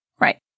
Right